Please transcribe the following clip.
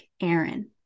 Aaron